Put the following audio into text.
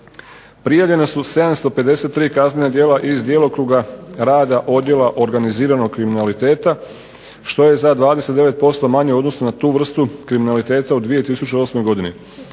Prijavljena su 753 kaznena djela iz djelokruga rada Odijela organiziranog kriminaliteta što je za 29% manje u odnosu na tu vrstu kriminaliteta u 2008. godini.